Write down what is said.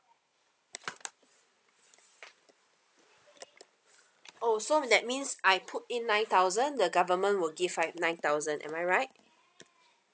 oh so that means I put in nine thousand the government will give five nine thousand am I right